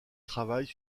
travaille